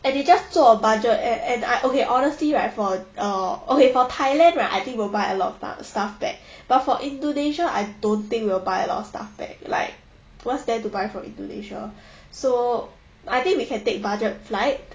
and 你 just 做 budget air and I okay honestly right for err okay for thailand right I think we'll buy a lot of stuff back but for indonesia I don't think we'll buy a lot of stuff back like what's there to buy from indonesia so I think we can take budget flight